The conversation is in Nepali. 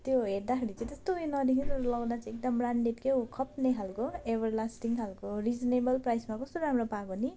त्यो हेर्दाखेरि चाहिँ त्यस्तो उयो नदेख्ने तर लगाउँदा चाहिँ एकदम ब्रान्डेड के हो खप्ने खाले एभर लास्टिङ खाले रिजनेबल प्राइसमा कस्तो राम्रो पाएको नि